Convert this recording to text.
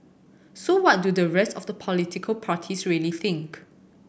so what do the rest of the political parties really think